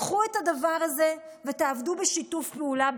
קחו את הדבר הזה ותעבדו בשיתוף פעולה,